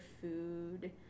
food